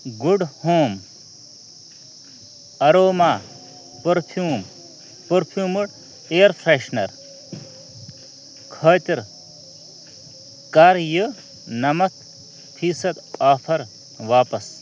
good home aroma perfume perfumed air freshener خٲطرٕ کَر یِہِ نَمَتھ فیٖصد آفر واپس